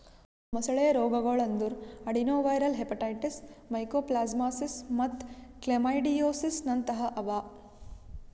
ಮೊಸಳೆ ರೋಗಗೊಳ್ ಅಂದುರ್ ಅಡೆನೊವೈರಲ್ ಹೆಪಟೈಟಿಸ್, ಮೈಕೋಪ್ಲಾಸ್ಮಾಸಿಸ್ ಮತ್ತ್ ಕ್ಲಮೈಡಿಯೋಸಿಸ್ನಂತಹ ಅವಾ